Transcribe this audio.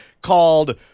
called